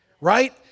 right